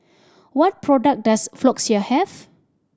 what product does Floxia have